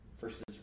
versus